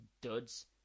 duds